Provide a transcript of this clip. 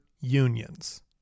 unions